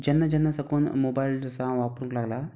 जेन्ना जेन्ना साकून मोबायल जसो हांव वापरूंक लागलां